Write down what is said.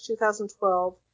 2012